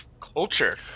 Culture